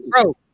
bro